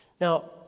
Now